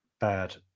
bad